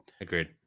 Agreed